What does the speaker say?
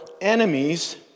enemies